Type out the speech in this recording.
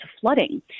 flooding